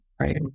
right